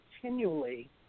continually